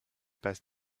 passe